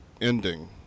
ending